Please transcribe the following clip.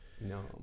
No